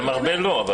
גם הרבה לא.